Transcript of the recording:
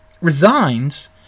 resigns